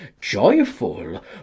joyful